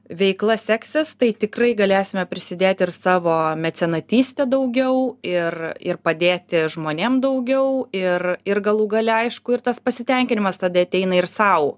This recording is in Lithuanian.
veikla seksis tai tikrai galėsime prisidėti ir savo mecenatyste daugiau ir ir padėti žmonėm daugiau ir ir galų gale aišku ir tas pasitenkinimas tada ateina ir sau